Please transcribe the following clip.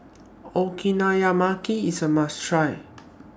Okonomiyaki IS A must Try